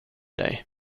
dig